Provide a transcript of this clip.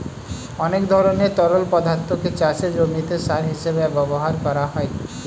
অনেক ধরনের তরল পদার্থকে চাষের জমিতে সার হিসেবে ব্যবহার করা যায়